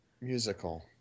musical